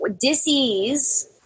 disease